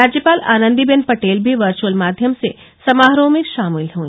राज्यपाल आनंदी बेन पटेल भी वर्चुअल माध्यम से समारोह में शामिल हुई